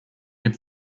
give